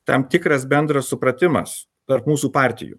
tam tikras bendras supratimas tarp mūsų partijų